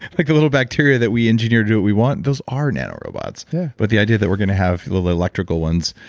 like the little bacteria that we engineered yeah who we want, those are nano robots yeah but the idea that we're going to have little electrical ones,